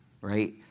right